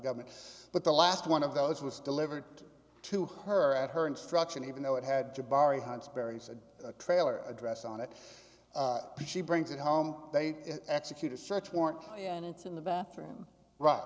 government but the last one of those was delivered to her at her instruction even though it had to borrow hundreds buries a trailer address on it she brings it home they execute a search warrant and it's in the bathroom r